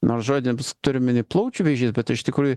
nors žodį mes turime plaučių vėžys bet iš tikrųjų